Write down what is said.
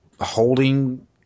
holding